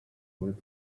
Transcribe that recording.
with